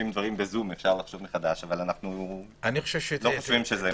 אפשר לחשוב מחדש, אבל לא חושבים שזה נכון.